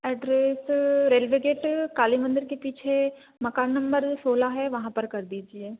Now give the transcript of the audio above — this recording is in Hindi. एड्रेस रेलवे गेट काली मंदिर के पीछे मकान नंबर सोलह है वहाँ पर कर दीजिए